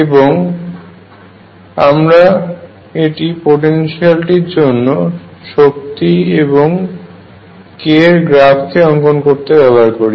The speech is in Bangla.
এবং আমরা এটি পোটেনশিয়ালটির জন্য শক্তির এবং k এর গ্রাফ কে অঙ্কন করতে ব্যবহার করি